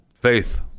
Faith